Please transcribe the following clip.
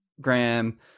Graham